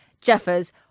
Jeffers